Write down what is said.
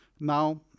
Now